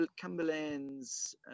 Cumberland's